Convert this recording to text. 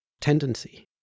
tendency